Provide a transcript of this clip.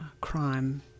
crime